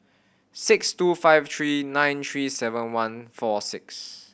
six two five three nine three seven one four six